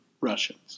Russians